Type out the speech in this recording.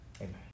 amen